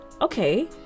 Okay